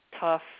tough